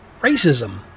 racism